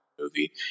movie